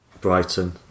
Brighton